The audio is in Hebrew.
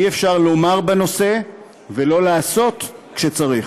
אי-אפשר לדבר בנושא ולא לעשות כשצריך.